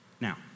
Now